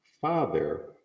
Father